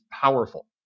powerful